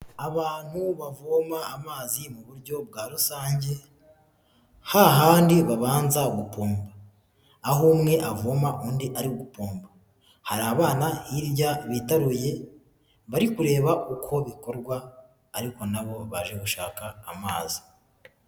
Abantu bavoma amazi mu buryo bwa rusange, hahandi babanza gupomba. Aho umwe avoma, undi ari gupomba. Hari abana hirya bitaruye, bari kureba uko bikorwa, ariko na bo baje gushaka amazi.